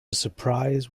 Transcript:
surprise